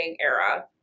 era